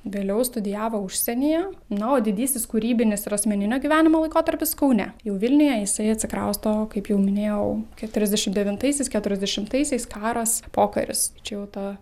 vėliau studijavo užsienyje na o didysis kūrybinis ir asmeninio gyvenimo laikotarpis kaune jau vilniuje jisai atsikrausto kaip jau minėjau keturiasdešim devintaisiais keturiasdešimtaisiais karas pokaris čia jau ta